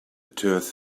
turf